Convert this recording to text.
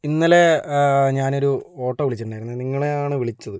ഇന്നലെ ഞാനൊരു ഓട്ടോ വിളിച്ചിട്ടുണ്ടായിരുന്നു നിങ്ങളെയാണ് വിളിച്ചത്